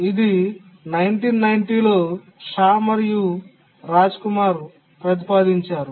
ఇది 1990 లో షా మరియు రాజ్కుమార్ ప్రతిపాదించారు